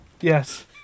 Yes